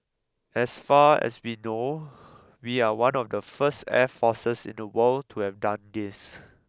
as far as we know we are one of the first air forces in the world to have done this